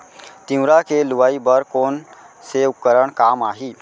तिंवरा के लुआई बर कोन से उपकरण काम आही?